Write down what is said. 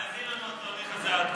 מה הביא לנו התהליך הזה עד כה?